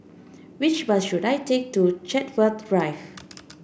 which bus should I take to Chartwell Drive